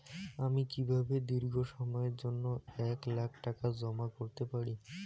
আমি কিভাবে দীর্ঘ সময়ের জন্য এক লাখ টাকা জমা করতে পারি?